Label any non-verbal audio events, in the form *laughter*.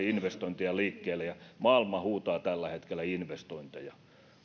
*unintelligible* investointeja liikkeelle ja maailma huutaa tällä hetkellä investointeja